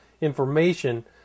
information